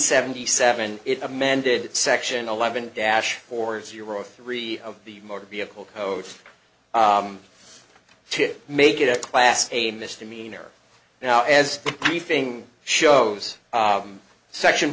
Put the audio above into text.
seventy seven it amended section eleven dash four zero three of the motor vehicle code to make it a class a misdemeanor now as anything shows a section